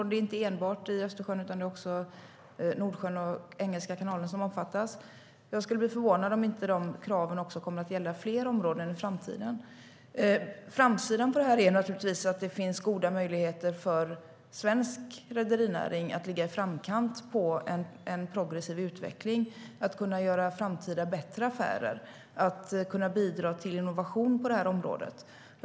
Det är inte enbart Östersjön utan även Nordsjön och Engelska kanalen som omfattas, och jag skulle bli förvånad om kraven inte kommer att gälla fler områden i framtiden. Framsidan på detta är naturligtvis att det finns goda möjligheter för svensk rederinäring att ligga i framkant av en progressiv utveckling, göra bättre framtida affärer och bidra till innovation på området.